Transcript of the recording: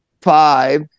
five